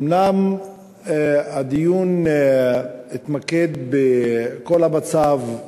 אומנם הדיון התמקד בכל המצב,